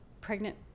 pregnant